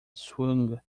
swung